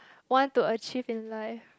want to achieve in life